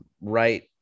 right